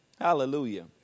Hallelujah